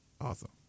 Awesome